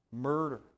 murder